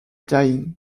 dying